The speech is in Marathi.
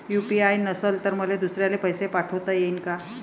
यू.पी.आय नसल तर मले दुसऱ्याले पैसे पाठोता येईन का?